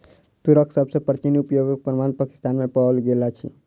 तूरक सभ सॅ प्राचीन उपयोगक प्रमाण पाकिस्तान में पाओल गेल अछि